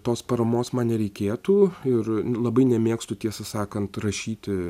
tos paramos man nereikėtų ir labai nemėgstu tiesą sakant rašyti